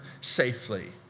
safely